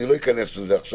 בלי ממש להיכנס לזה.